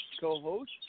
Co-host